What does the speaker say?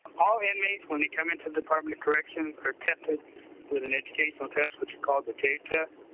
all inmates, when they come into the department of corrections are tested with an educational test which is called the tabe test,